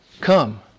come